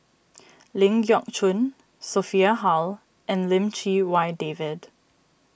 Ling Geok Choon Sophia Hull and Lim Chee Wai David